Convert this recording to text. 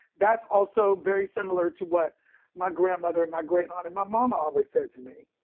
that's also very similar to what my grandmother, my great aunt and my mama always said to me,